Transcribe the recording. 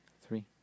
three